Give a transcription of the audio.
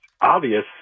obvious